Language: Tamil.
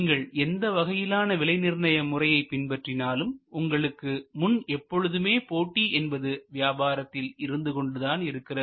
நீங்கள் எந்த வகையிலான விலை நிர்ணய முறையை பின்பற்றினாலும் உங்களுக்கு முன் எப்பொழுதுமே போட்டி என்பது வியாபாரத்தில் இருந்து கொண்டுதான் இருக்கிறது